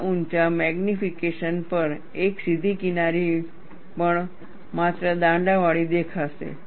આટલા ઊંચા મેગ્નિફિકેશન પર એક સીધી કિનારી પણ માત્ર દાંડાવાળી દેખાશે